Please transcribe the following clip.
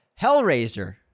Hellraiser